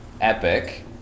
epic